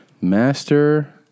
Master